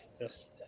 Yes